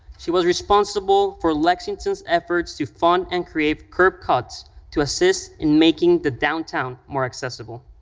she was responsible for lexington's efforts to fund and create curb cuts to assist in making the downtown more accessible.